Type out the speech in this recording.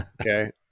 Okay